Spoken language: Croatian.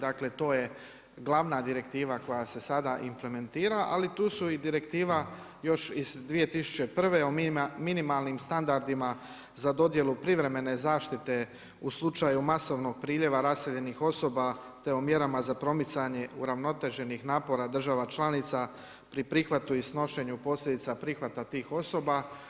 Dakle, to je glavna direktiva koja se sada implementira, ali tu su i direktiva još iz 2001. o minimalnim standardima za dodjelu privremene zaštite u slučaju masovnog priljeva raseljenih osoba, te o mjerama za promicanje uravnoteženih napora država članica pri prihvatu i snošenju posljedica prihvata tih osoba.